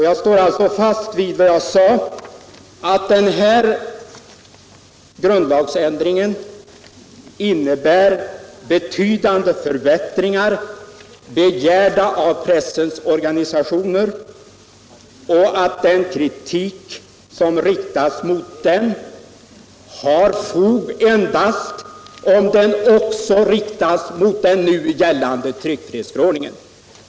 Jag står alltså fast vid vad jag sade — att den här grundlagsändringen innebär betydande förbättringar, begärda av pressens organisationer, och att den kritik som riktas mot den har fog endast om den också riktas mot den nu gällande tryckfrihetsförordningen.